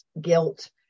guilt